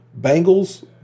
Bengals